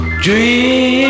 Dream